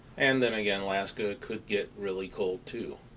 and then again, alaska could get really cold too.